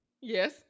Yes